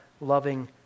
loving